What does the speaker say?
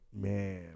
Man